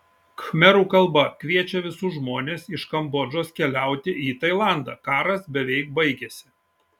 khmerų kalba kviečia visus žmones iš kambodžos keliauti į tailandą karas beveik baigėsi